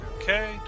Okay